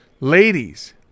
Ladies